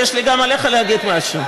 יש לי גם עליך להגיד משהו.